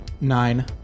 Nine